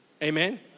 Amen